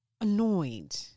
annoyed